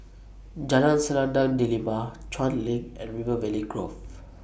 Jalan Selendang Delima Chuan LINK and River Valley Grove